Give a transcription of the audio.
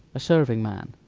a serving-man,